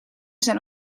zijn